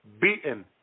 beaten